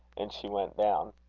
and she went down.